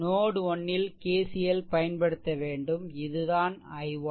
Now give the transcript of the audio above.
note 1 ல் KCL பயன்படுத்தவேண்டும் இதுதான் I1